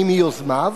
אני מיוזמיו,